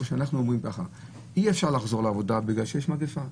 שאנחנו אומרים שאי אפשר לחזור לעבודה בגלל שיש מגיפה,